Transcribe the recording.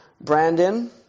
Brandon